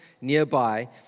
nearby